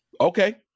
Okay